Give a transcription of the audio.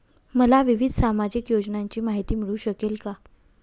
मला विविध सामाजिक योजनांची माहिती मिळू शकेल का?